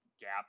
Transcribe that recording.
gap